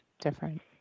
different